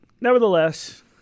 nevertheless